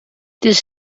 this